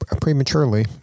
prematurely